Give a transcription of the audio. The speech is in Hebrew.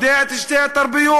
יודע את שתי התרבויות,